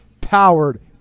powered